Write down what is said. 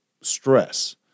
stress